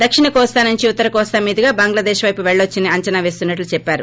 దక్షిణ కోస్తా నుంచి ఉత్తర కోస్తా మీదుగా బంగ్లాదేశ్ పైపు పెళ్లొచ్చని అంచనా వేస్తున్నట్లు చెప్పారు